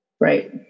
Right